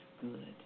good